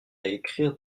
écrire